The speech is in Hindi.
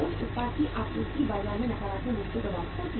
उस उत्पाद की आपूर्ति बाजार में नकारात्मक रूप से प्रभावित होगी